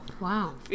Wow